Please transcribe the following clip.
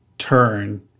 turn